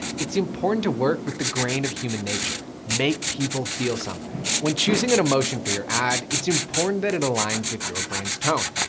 it's important to work with the grain of human nature, make people feel something. when choosing an emotion for your ad, it's important that it aligns with your brand's tone.